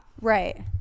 right